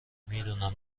میدونم